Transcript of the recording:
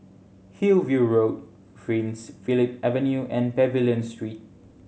Hillview Road Prince Philip Avenue and Pavilion Street